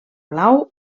blau